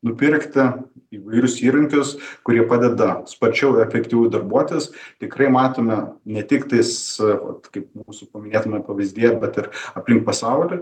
nupirkti įvairius įrankius kurie padeda sparčiau ir efektyviau darbuotis tikrai matome ne tik tais kaip mūsų minėtame pavyzdyje bet ir aplink pasaulį